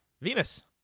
Venus